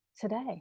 today